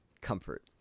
comfort